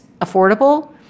affordable